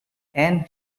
and